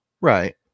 right